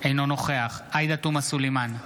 אינו נוכח עאידה תומא סלימאן,